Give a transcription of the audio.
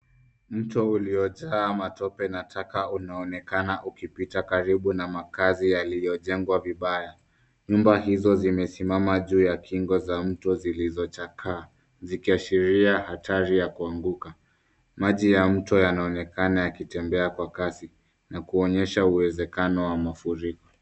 Mto uliojaaa matope na taka unaonekana ukipita karibu na makazi yaliyojengwa vibaya. Nyumba hizo zimesimama juu ya kingo za mto zilizochakaa zikiashiria hatari ya kuanguka. Maji ya mto yanaonekana yakitembea kwa kasi na kuonyesha uwezekano wa mafuriko.